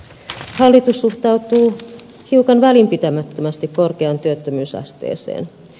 hallitus suhtautuu hiukan välinpitämättömästi korkeaan työttömyysasteeseen